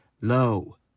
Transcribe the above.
low